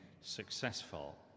successful